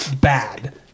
Bad